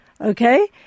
Okay